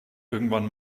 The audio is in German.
irgendwann